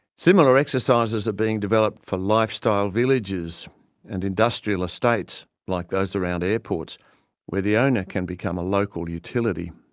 similar exercises are being developed for lifestyle villages and industrial estates like those around airports where the owner can become a local utility.